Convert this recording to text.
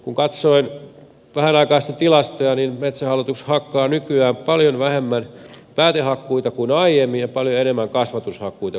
kun katsoin vähän aikaa sitten tilastoja niin metsähallitus hakkaa nykyään paljon vähemmän päätehakkuita kuin aiemmin ja paljon enemmän kasvatushakkuita kuin aiemmin